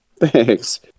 Thanks